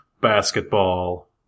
basketball